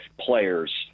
players